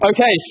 Okay